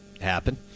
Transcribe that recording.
happen